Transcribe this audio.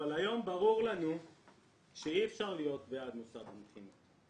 אבל היום ברור לנו שאי אפשר להיות בעד מוסד המכינות.